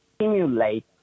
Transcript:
simulate